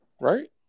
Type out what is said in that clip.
right